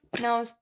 no